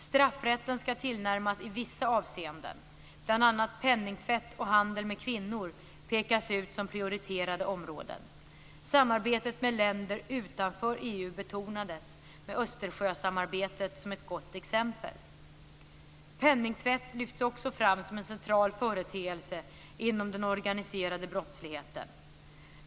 Straffrätten ska tillnärmas i vissa avseenden, bl.a. penningtvätt och handel med kvinnor pekas ut som prioriterade områden. Samarbetet med länder utanför EU betonades, med Östersjösamarbetet som ett gott exempel. Penningtvätt lyfts också fram som en central företeelse inom den organiserade brottsligheten.